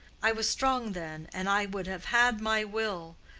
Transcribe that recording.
i was strong then, and i would have had my will,